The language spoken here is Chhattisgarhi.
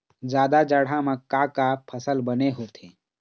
जादा जाड़ा म का का फसल बने होथे?